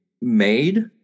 made